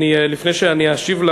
לפני שאני אשיב,